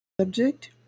subject